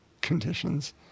conditions